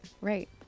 right